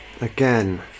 Again